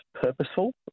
purposeful